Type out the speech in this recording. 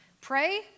Pray